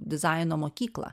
dizaino mokyklą